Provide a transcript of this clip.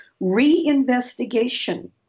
reinvestigation